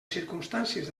circumstàncies